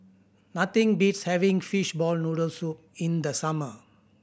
nothing beats having fishball noodle soup in the summer